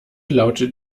lautet